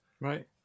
Right